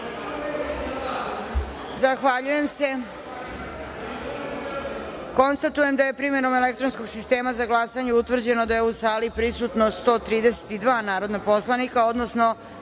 radimo. Zahvaljujem se. Konstatujem da je, primenom elektronskog sistema za glasanje, utvrđeno da je u sali prisutno 132 narodna poslanika, odnosno